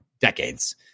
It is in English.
decades